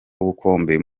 ubukombe